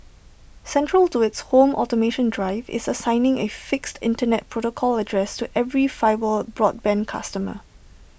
central to its home automation drive is assigning A fixed Internet protocol address to every fibre broadband customer